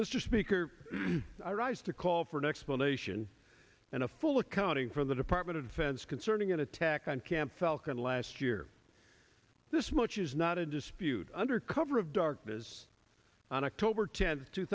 mr speaker i rise to call for an explanation and a full accounting for the department of defense concerning that attack on camp falcon last year this much is not in dispute under cover of darkness on october tenth